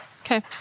Okay